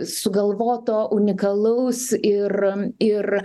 sugalvoto unikalaus ir ir